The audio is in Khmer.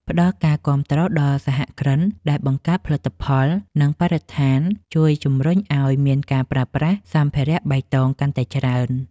ផ្ដល់ការគាំទ្រដល់សហគ្រិនដែលបង្កើតផលិតផល នឹងបរិស្ថានជួយជំរុញឱ្យមានការប្រើប្រាស់សម្ភារបៃតងកាន់តែច្រើន។